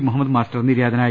Muhammad master നിര്യാതനായി